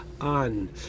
on